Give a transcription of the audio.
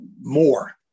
more